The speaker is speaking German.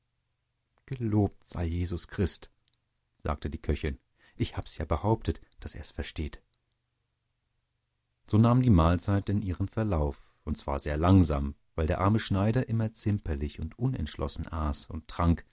gelobt sei jesus christ sagte die köchin ich hab's ja behauptet daß er's versteht so nahm die mahlzeit denn ihren verlauf und zwar sehr langsam weil der arme schneider immer zimperlich und unentschlossen aß und trank